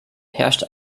herrscht